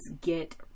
get